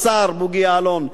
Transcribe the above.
השר בוגי יעלון,